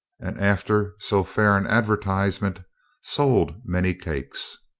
and after so fair an advertise ment sold many cakes.